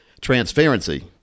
Transparency